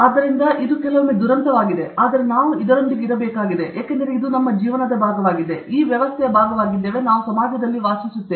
ಆದ್ದರಿಂದ ಇದು ಕೆಲವೊಮ್ಮೆ ದುರಂತವಾಗಿದೆ ಆದರೆ ನಾವು ಇದರೊಂದಿಗೆ ಇರಬೇಕಾಗಿದೆ ಏಕೆಂದರೆ ಇದು ನಮ್ಮ ಭಾಗವಾಗಿದೆ ನಾವು ಈ ವ್ಯವಸ್ಥೆಯ ಭಾಗವಾಗಿದ್ದೇವೆ ನಾವು ಸಮಾಜದಲ್ಲಿ ವಾಸಿಸುತ್ತೇವೆ